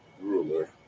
ruler